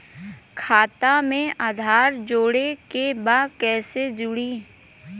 खाता में आधार जोड़े के बा कैसे जुड़ी?